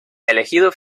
elegido